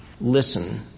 Listen